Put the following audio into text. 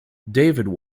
david